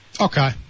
Okay